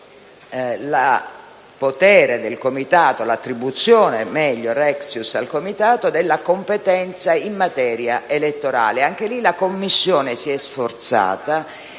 la Commissione si è sforzata